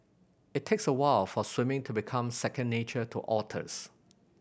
it takes a while for swimming to become second nature to otters